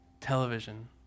television